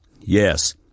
yes